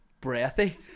breathy